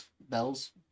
Bells